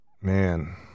Man